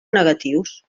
negatius